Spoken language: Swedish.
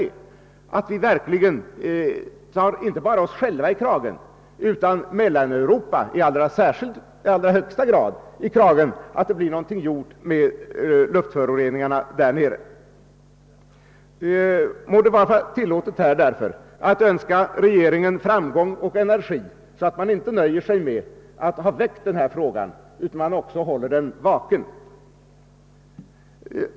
Vi måste verkligen ta inte bara oss själva i kragen utan också våra grannar i Mellaneuropa i allra högsta grad, så att något blir gjort när det gäller luftföroreningarna där. Det må därför vara mig tillåtet att önska regeringen framgång med energiska insatser på detta område och uttala att man inte nöjer sig med att ha väckt frågan utan också håller den vaken.